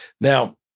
Now